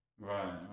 Right